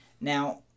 now